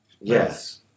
Yes